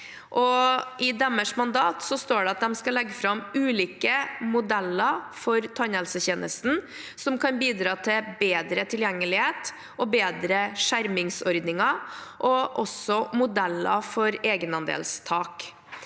I deres mandat står det at de skal legge fram ulike modeller for tannhelsetjenesten som kan bidra til bedre tilgjengelighet og bedre skjermingsordninger, og også modeller for egenandelstak.